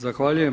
Zahvaljujem.